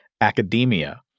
academia